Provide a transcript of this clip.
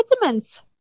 vitamins